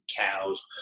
Cows